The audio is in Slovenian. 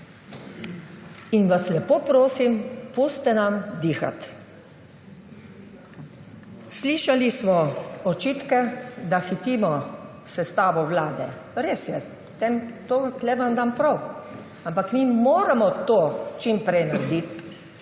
In vas lepo prosim, pustite nam dihati. Slišali smo očitke, da hitimo s sestavo vlade. Res je. Tu vam dam prav, ampak mi moramo to čim prej narediti,